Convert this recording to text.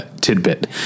tidbit